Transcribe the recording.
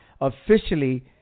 officially